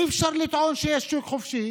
אי-אפשר לטעון שיש שוק חופשי